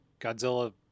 Godzilla